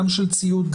גם של ציוד,